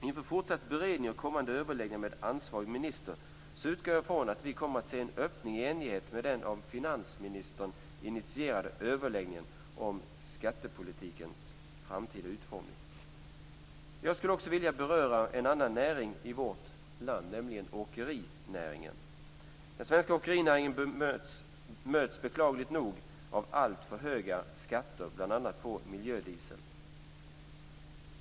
Inför fortsatt beredning och kommande överläggningar med ansvarig minister utgår jag från att vi kommer att se en öppning i enlighet med den av finansministern initierade överläggningen om skattepolitikens framtida utformning. Jag skulle också vilja beröra en annan näring i vårt land, nämligen åkerinäringen. Den svenska åkerinäringen bemöts beklagligt nog av alltför höga skatter på bl.a. miljödiesel.